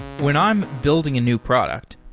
when i'm building a new product,